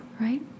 Right